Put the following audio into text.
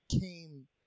came